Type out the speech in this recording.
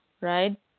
right